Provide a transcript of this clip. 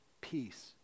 peace